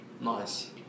Nice